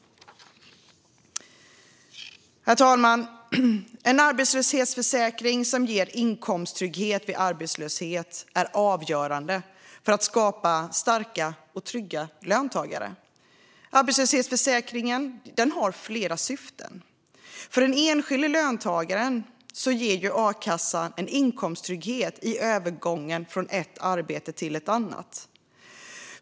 Herr talman! En arbetslöshetsförsäkring som ger inkomsttrygghet vid arbetslöshet är avgörande för att skapa starka och trygga löntagare. Arbetslöshetsförsäkringen har flera syften. För den enskilde löntagaren ger akassan inkomsttrygghet i övergången från ett arbete till ett annat.